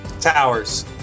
Towers